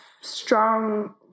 strong